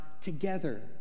together